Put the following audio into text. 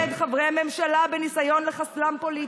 מפרסמים חומרים כנגד חברי ממשלה בניסיון לחסלם פוליטית,